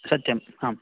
सत्यम् आम्